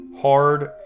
hard